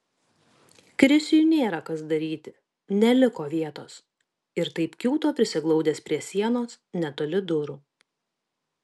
krisiui nėra kas daryti neliko vietos ir taip kiūto prisiglaudęs prie sienos netoli durų